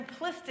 simplistic